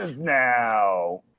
now